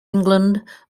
england